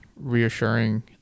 reassuring